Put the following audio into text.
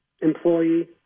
employee